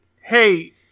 Hey